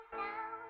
down